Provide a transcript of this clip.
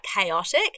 chaotic